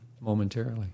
momentarily